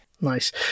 Nice